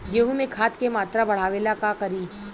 गेहूं में खाद के मात्रा बढ़ावेला का करी?